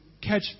catch